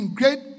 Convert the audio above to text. great